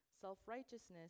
Self-righteousness